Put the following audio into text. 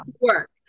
work